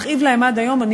מכאיבה להם עד היום.